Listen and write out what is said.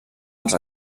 els